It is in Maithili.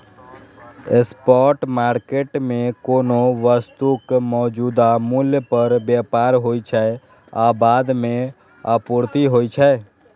स्पॉट मार्केट मे कोनो वस्तुक मौजूदा मूल्य पर व्यापार होइ छै आ बाद मे आपूर्ति होइ छै